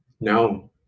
No